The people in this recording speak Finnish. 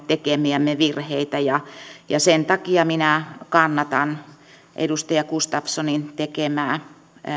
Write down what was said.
tekemiämme virheitä sen takia minä kannatan edustaja gustafssonin tekemää